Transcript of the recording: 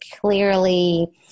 clearly